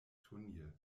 turnier